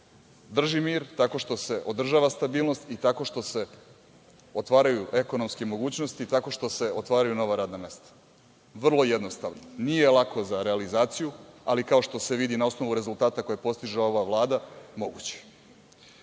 drži mir, tako što se održava stabilnost i tako što se otvaraju ekonomske mogućnosti, tako što se otvaraju nova radna mesta. Vrlo jednostavno. Nije lako za realizaciju, ali, kao što se vidi na osnovu rezultata koje postiže ova Vlada, moguće